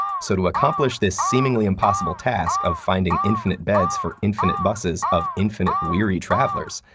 so, to accomplish this seemingly impossible task of finding infinite beds for infinite buses of infinite weary travelers,